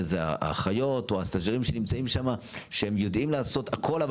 האחיות או הסטז'רים שנמצאים שם יודעים לעשות הכול אבל